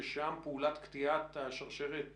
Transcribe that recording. ששם פעולת קטיעת שרשרת